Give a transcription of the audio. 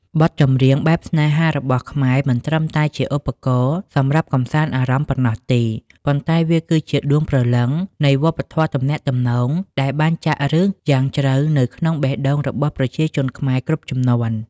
បទចម្រៀងបែបស្នេហារបស់ខ្មែរ មិនត្រឹមតែជាឧបករណ៍សម្រាប់កម្សាន្តអារម្មណ៍ប៉ុណ្ណោះទេ ប៉ុន្តែវាគឺជាដួងព្រលឹងនៃវប្បធម៌ទំនាក់ទំនង ដែលបានចាក់ឫសយ៉ាងជ្រៅនៅក្នុងបេះដូងរបស់ប្រជាជនខ្មែរគ្រប់ជំនាន់។